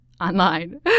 online